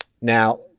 Now